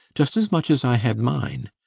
just as much as i had mine.